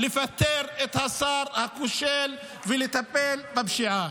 לפטר את השר הכושל ולטפל בפשיעה,